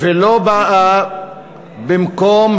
ולא באה במקום